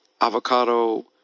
avocado